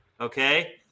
Okay